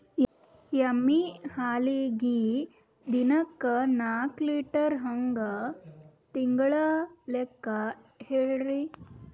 ಎಮ್ಮಿ ಹಾಲಿಗಿ ದಿನಕ್ಕ ನಾಕ ಲೀಟರ್ ಹಂಗ ತಿಂಗಳ ಲೆಕ್ಕ ಹೇಳ್ರಿ?